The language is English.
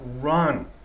run